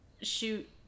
shoot